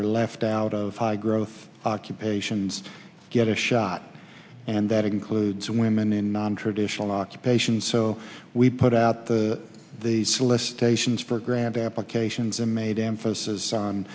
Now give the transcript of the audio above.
are left out of high growth occupations get a shot and that includes women in nontraditional occupations so we put out the the solicitations for grant applications and made emphasis on